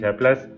plus